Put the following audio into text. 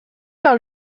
par